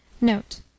Note